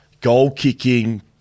goal-kicking